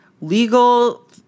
legal